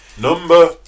Number